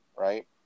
Right